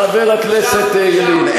חבר הכנסת ילין,